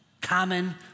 common